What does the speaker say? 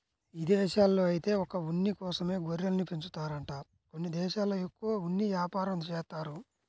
ఇదేశాల్లో ఐతే ఒక్క ఉన్ని కోసమే గొర్రెల్ని పెంచుతారంట కొన్ని దేశాల్లో ఎక్కువగా ఉన్ని యాపారం జేత్తారు